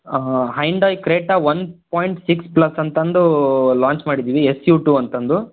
Hyundai Creta one point six plus ಅಂತಂದು launch ಮಾಡಿದ್ದೀವಿ S U two ಅಂತಂದು